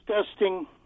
Disgusting